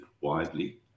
widely